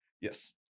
yes